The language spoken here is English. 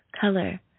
color